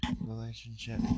relationship